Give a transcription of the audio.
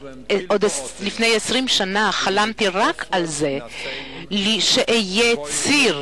לפני 20 שנה חלמתי רק על זה שאהיה ציר